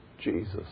Jesus